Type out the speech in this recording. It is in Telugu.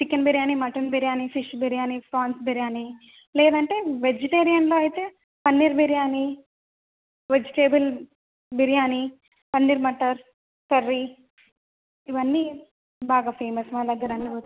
chicken biryani mutton biryani fish biryani prawns biryani లేదంటే వెజిటేరియన్లో అయితే పన్నీర్ బిర్యానీ వెజిటేబుల్ బిర్యానీ పన్నీర్ మటర్ కర్రీ ఇవన్నీ బాగా ఫేమస్ మా దగ్గర అన్నీ